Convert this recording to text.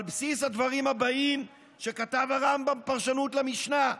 על בסיס הדברים הבאים שכתב הרמב"ם בפרשנות למשנה,